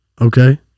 Okay